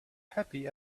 happy